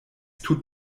tut